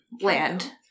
land